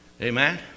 Amen